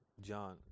John